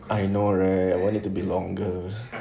I know right I want a bit longer